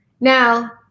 Now